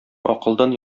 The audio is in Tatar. акылдан